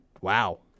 wow